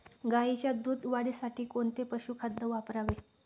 गाईच्या दूध वाढीसाठी कोणते पशुखाद्य वापरावे?